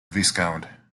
viscount